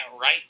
right